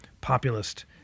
populist